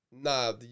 Nah